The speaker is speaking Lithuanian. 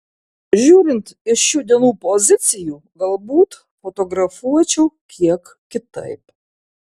žiūrint iš šių dienų pozicijų galbūt fotografuočiau kiek kitaip